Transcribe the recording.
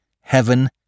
heaven